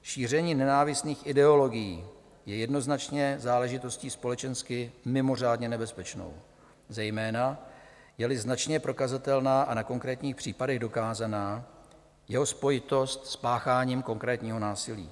Šíření nenávistných ideologií je jednoznačně záležitostí společensky mimořádně nebezpečnou, zejména jeli značně prokazatelná a na konkrétních případech dokázaná jeho spojitost s pácháním konkrétního násilí.